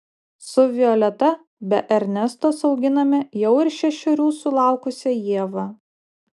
su violeta be ernestos auginame jau ir šešerių sulaukusią ievą